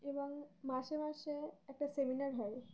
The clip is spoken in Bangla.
এবং মাসে মাসে একটা সেমিনার হয়